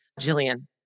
Jillian